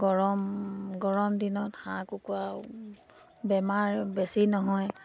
গৰম গৰম দিনত হাঁহ কুকুৰাৰ বেমাৰ বেছি নহয়